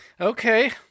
Okay